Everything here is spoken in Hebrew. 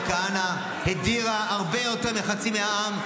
-- וכהנא הדירה הרבה יותר מחצי מהעם.